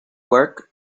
work